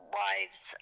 wives